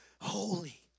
holy